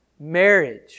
Marriage